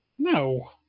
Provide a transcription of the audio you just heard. No